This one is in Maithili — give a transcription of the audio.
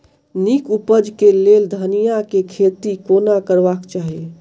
नीक उपज केँ लेल धनिया केँ खेती कोना करबाक चाहि?